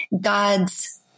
God's